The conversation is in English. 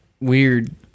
weird